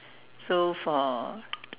so for